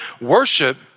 Worship